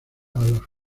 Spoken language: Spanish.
los